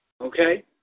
okay